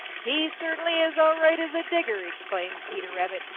he certainly is all right as a digger, exclaimed peter rabbit.